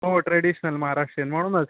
हो ट्रेडिशनल महाराष्ट्रीयन म्हणूनच